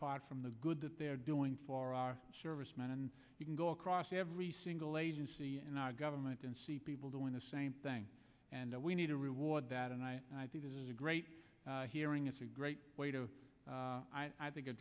part from the good that they are doing for our servicemen and you can go across every single agency in our government and see people doing the same thing and we need to reward that and i think this is a great hearing it's a great way to i think a